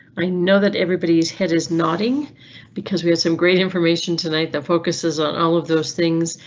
i know that everybody's head is nodding because we had some great information tonight that focuses on all of those things,